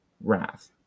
wrath